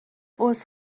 عذر